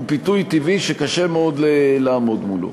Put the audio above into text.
הוא פיתוי טבעי שקשה מאוד לעמוד מולו.